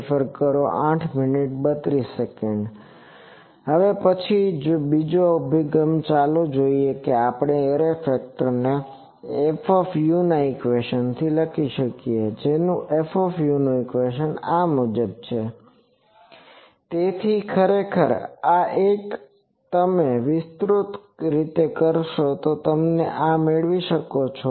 હવે હવે પછીનો બીજો અભિગમ ચાલો જોઈએ કે આપણે એરે ફેક્ટર ને Fu ejk0d2cos e jk0d2cos 2N eju2e ju22N 22Ncos u2 2Ne j Nu n02NCn2Nej nu તેથી ખરેખર આ એક તમે વિસ્તૃત કરશો તો તમે આ મેળવો છો